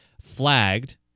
flagged